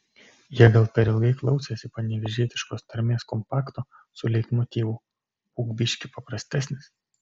jie gal per ilgai klausėsi panevėžietiškos tarmės kompakto su leitmotyvu būk biškį paprastesnis